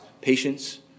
patience